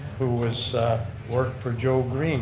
who has worked for joe green